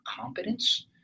competence